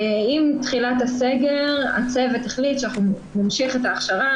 עם תחילת הסגר הצוות החליט שנמשיך את ההכשרה,